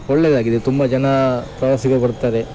ಒಳ್ಳೆಯದಾಗಿದೆ ತುಂಬ ಜನ ಪ್ರವಾಸಿಗರು ಬರ್ತಾರೆ